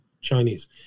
Chinese